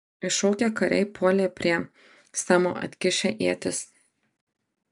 iššokę kariai puolė prie semo atkišę ietis